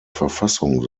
verfassung